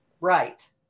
Right